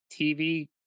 TV